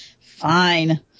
fine